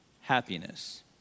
happiness